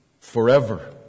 forever